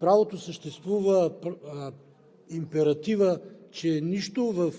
правото съществува императивът, че нищо в